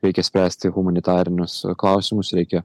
reikia spręsti humanitarinius klausimus reikia